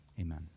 Amen